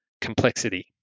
Complexity